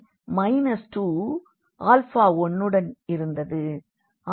எனவே minus 2 alpha 1 உடன் இருந்தது